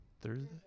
Thursday